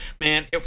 man